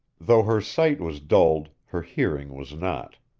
though her sight was dulled, her hearing was not.